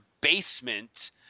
basement